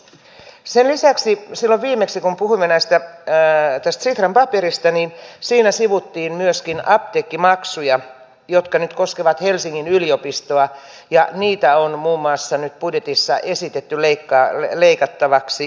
sen lisäksi silloin viimeksi kun puhuimme tästä sitran paperista sivuttiin myöskin apteekkimaksuja jotka nyt koskevat helsingin yliopistoa ja niitä on muun muassa nyt budjetissa esitetty leikattavaksi pois